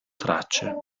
tracce